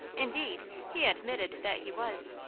indeed, he admitted that he was.